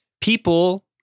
People